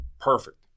Perfect